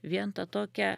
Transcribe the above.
vien tą tokią